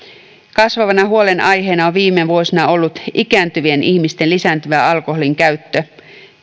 kasvavana huolenaiheena on viime vuosina ollut ikääntyvien ihmisten lisääntyvä alkoholinkäyttö